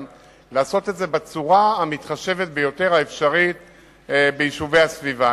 בצורה המתחשבת ביותר האפשרית ביישובי הסביבה.